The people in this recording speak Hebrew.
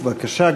בבקשה,